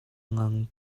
ngang